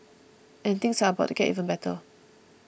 and things are about to get even better